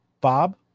Bob